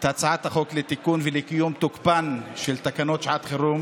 את הצעת החוק לתיקון ולקיום תוקפן של תקנות שעת חירום